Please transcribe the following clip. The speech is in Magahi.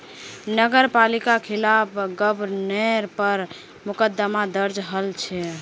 नगर पालिकार खिलाफ गबनेर पर मुकदमा दर्ज हल छ